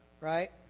right